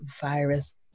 virus